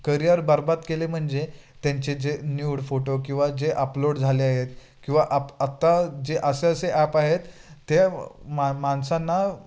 career बरबाद केले म्हणजे त्यांचे जे न्यूड फोटो किंवा जे अपलोड झाले आहेत किंवा अप आत्ता जे असे असे ॲप आहेत ते मा माणसांना